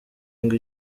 ngo